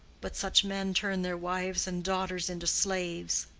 but such men turn their wives and daughters into slaves.